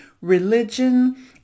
religion